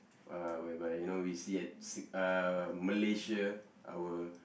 uh whereby you know we see at si~ uh Malaysia our